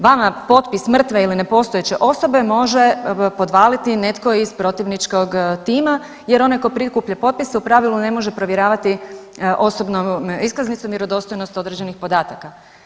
Vama potpis mrtve ili nepostojeće osobe može podvaliti netko iz protivničkog tima jer onaj tko prikuplja potpise u pravilu ne može provjeravati osobnom iskaznicom vjerodostojnost određenih podataka.